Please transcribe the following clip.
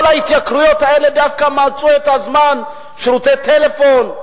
כל ההתייקרויות האלה דווקא מצאו את הזמן: שירותי טלפון,